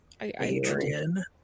Adrian